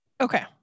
okay